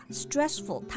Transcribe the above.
stressful